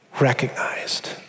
recognized